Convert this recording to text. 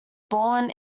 born